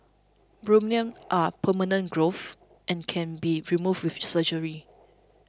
bunions are permanent growths and can be removed with surgery